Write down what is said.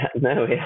No